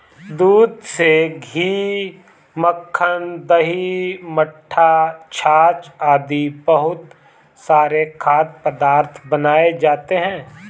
दूध से घी, मक्खन, दही, मट्ठा, छाछ आदि बहुत सारे खाद्य पदार्थ बनाए जाते हैं